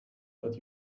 but